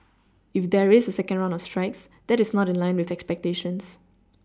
if there is a second round of strikes that is not in line with expectations